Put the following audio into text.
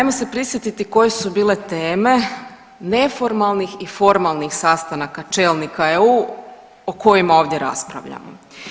Ajmo se prisjetiti koje su bile teme neformalnih i formalnih sastanaka čelnika EU o kojima ovdje raspravljamo.